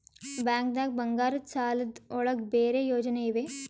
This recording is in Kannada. ಬ್ಯಾಂಕ್ದಾಗ ಬಂಗಾರದ್ ಸಾಲದ್ ಒಳಗ್ ಬೇರೆ ಯೋಜನೆ ಇವೆ?